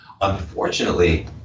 Unfortunately